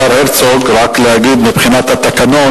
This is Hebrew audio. השר הרצוג, מבחינת התקנון